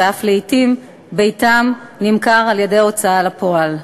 ולעתים אף ביתם נמכר על-ידי ההוצאה לפועל.